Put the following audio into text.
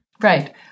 Right